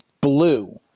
blue